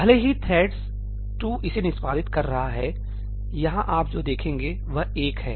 भले ही थ्रेड 2 इसे निष्पादित कर रहा है यहां आप जो देखेंगे वह एक है